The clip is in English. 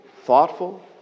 thoughtful